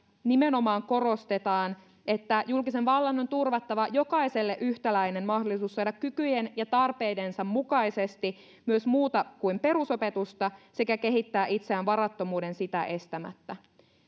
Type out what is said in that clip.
nimenomaan korostetaan että julkisen vallan on turvattava jokaiselle yhtäläinen mahdollisuus saada kykyjensä ja tarpeidensa mukaisesti myös muuta kuin perusopetusta sekä kehittää itseään varattomuuden sitä estämättä